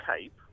cape